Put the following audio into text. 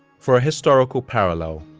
for a historical parallel,